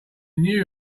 new